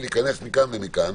להיכנס מכאן ומכאן,